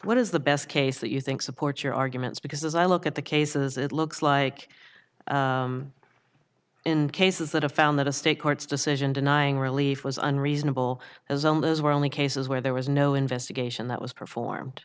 what is the best case that you think supports your arguments because as i look at the cases it looks like in cases that have found that a state court's decision denying relief was unreasonable as all those were only cases where there was no investigation that was performed